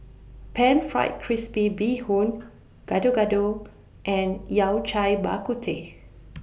Pan Fried Crispy Bee Hoon Gado Gado and Yao Cai Bak Kut Teh